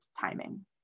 timing